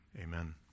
Amen